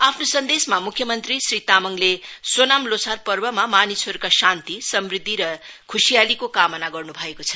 आफ्नो सन्देशमा मुख्यमन्त्री श्री तामाङले सोनाम लोछार पर्वमा मानिसहरूका शान्ति समृद्धि र खुशियालीको कामना गर्नु भएको छ